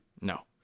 No